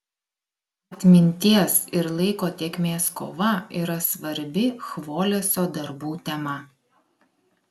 atminties ir laiko tėkmės kova yra svarbi chvoleso darbų tema